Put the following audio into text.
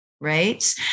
Right